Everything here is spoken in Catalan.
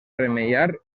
remeiar